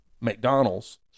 McDonald's